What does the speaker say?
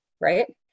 Right